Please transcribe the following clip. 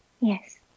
Yes